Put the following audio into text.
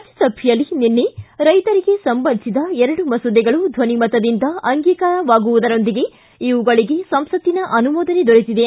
ರಾಜ್ಯಸಭೆಯಲ್ಲಿ ನಿನ್ನೆ ರೈತರಿಗೆ ಸಂಬಂಧಿಸಿದ ಎರಡು ಮಸೂದೆಗಳು ಧ್ವನಿಮತದಿಂದ ಅಂಗೀಕಾರ ವಾಗುವುದರೊಂದಿಗೆ ಇವುಗಳಿಗೆ ಸಂಸತ್ತಿನ ಅನುಮೋದನೆ ದೊರೆತಿದೆ